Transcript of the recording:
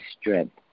strength